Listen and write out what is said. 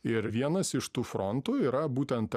ir vienas iš tų frontų yra būtent